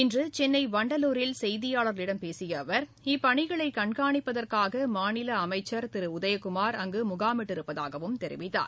இன்றுசென்னைண்டலூரில் செய்தியாளர்களிடம் பேசியஅவர் இப்பணிகளைகண்கானிப்பதற்காகமாநிலஅமைச்ச் திருஉதயகுமார் அங்குமுகாமிட்டிருப்பதாகவும் தெரிவித்தார்